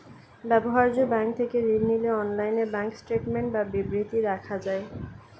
ব্যবহার্য ব্যাঙ্ক থেকে ঋণ নিলে অনলাইনে ব্যাঙ্ক স্টেটমেন্ট বা বিবৃতি দেখা যায়